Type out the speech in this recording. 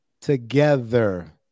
Together